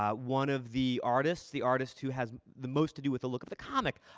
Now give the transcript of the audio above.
ah one of the artists, the artist who has the most to do with a look of the comic,